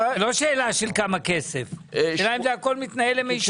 זה לא שאלה של כמה כסף אלא האם הכול מתנהל למישרין.